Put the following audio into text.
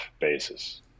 basis